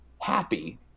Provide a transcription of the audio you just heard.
happy